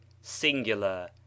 Singular